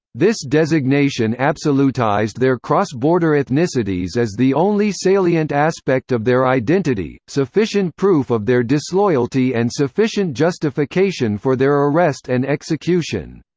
this designation absolutized their cross-border ethnicities as the only salient aspect of their identity, sufficient proof of their disloyalty and sufficient justification for their arrest and